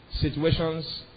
Situations